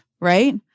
right